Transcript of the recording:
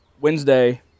Wednesday